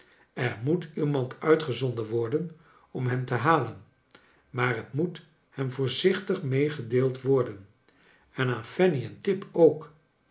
er moet iemand uitgezonden worden om hem te halen maar het moet hem voorzichtig meegedeeld worden en aan eanny en tip ook